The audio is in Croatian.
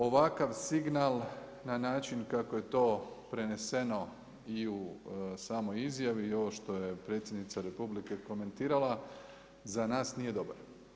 Ovakav signal na način kako je to preneseno i u samoj izjavi i ovo što je predsjednica RH komentirala za nas nije dobar.